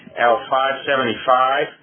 L575